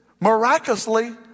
miraculously